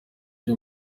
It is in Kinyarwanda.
iri